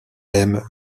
aime